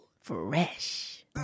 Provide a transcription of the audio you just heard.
Fresh